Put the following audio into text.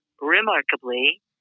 remarkably